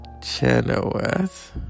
chenoweth